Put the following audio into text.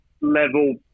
level